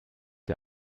der